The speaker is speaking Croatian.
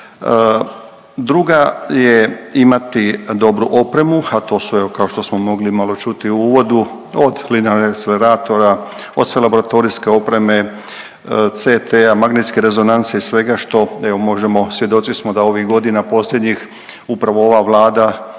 Druga je imati dobru opremu, a to su evo kao što smo mogli malo čuti u uvodu, od linearnih akceleratora, od sve laboratorijske opreme, CT-a, magnetske rezonance i svega što evo možemo, svjedoci smo da ovih godina posljednjih upravo ova Vlada